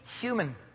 human